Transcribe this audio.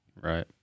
right